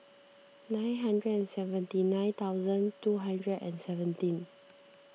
nine hundred and seventy nine thousand two hundred and seventeen